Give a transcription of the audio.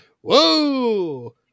Whoa